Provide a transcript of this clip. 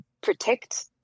protect